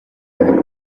harimo